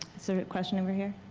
sort of question over here?